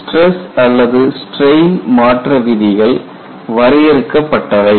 stress அல்லது strain மாற்ற விதிகள் வரையறுக்கப்பட்டவை